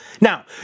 Now